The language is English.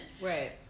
Right